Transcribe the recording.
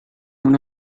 una